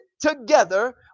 together